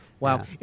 Wow